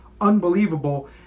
unbelievable